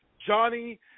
johnny